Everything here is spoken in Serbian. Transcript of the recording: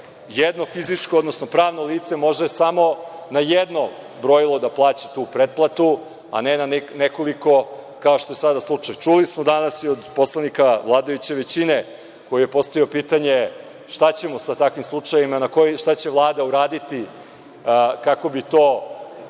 jedno fizičko, odnosno pravno lice može samo na jedno brojilo plaća tu pretplatu, a ne na nekoliko, kao što je do sada slučaj. Čuli smo danas i od poslanika vladajuće većine koji je postavio pitanje šta ćemo sa takvim slučajevima, šta će Vlada uraditi kako bi se